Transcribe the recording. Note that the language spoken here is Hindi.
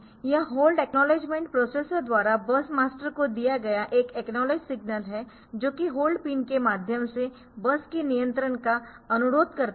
यह होल्ड एकनॉलेजमेन्ट प्रोसेसर द्वारा बस मास्टर को दिया गया एक एकनॉलेज सिग्नल है जो कि होल्ड पिन के माध्यम से बस के नियंत्रण का अनुरोध करता है